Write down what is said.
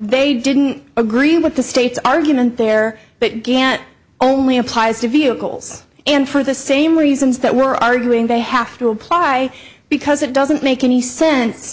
they didn't agree with the state's argument there but again only applies to vehicles and for the same reasons that we're arguing they have to apply because it doesn't make any sense